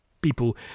people